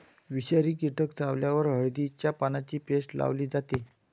विषारी कीटक चावल्यावर हळदीच्या पानांची पेस्ट लावली जाते